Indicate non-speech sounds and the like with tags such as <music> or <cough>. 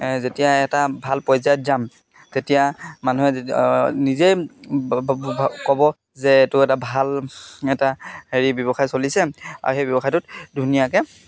যেতিয়া এটা ভাল পৰ্যায়ত যাম তেতিয়া মানুহে নিজেই <unintelligible> ক'ব যে এইটো এটা ভাল এটা হেৰি ব্যৱসায় চলিছে আৰু সেই ব্যৱসায়টোত ধুনীয়াকৈ